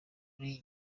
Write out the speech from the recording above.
muri